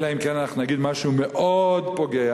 אלא אם כן אנחנו נגיד משהו מאוד פוגע,